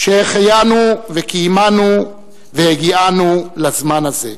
שהחיינו וקיימנו והגיענו לזמן הזה.